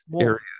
areas